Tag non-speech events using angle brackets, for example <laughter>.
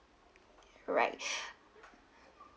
alright <breath>